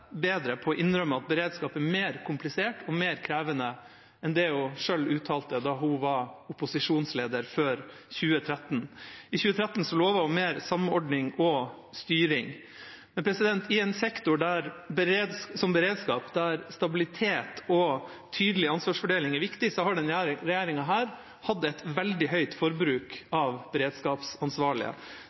bedre på å innrømme at beredskap er mer komplisert og mer krevende enn det hun selv uttalte da hun var opposisjonsleder før 2013. I 2013 lovet hun mer samordning og styring. Men i en sektor som beredskapssektoren, der beredskap, der stabilitet og tydelig ansvarsfordeling er viktig, har denne regjeringa hatt et veldig høyt forbruk av beredskapsansvarlige.